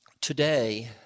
today